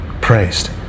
praised